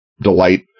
delight